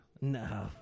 No